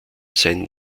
sein